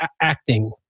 acting